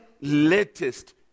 latest